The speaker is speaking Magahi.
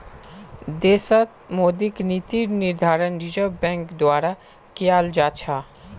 देशत मौद्रिक नीतिर निर्धारण रिज़र्व बैंक द्वारा कियाल जा छ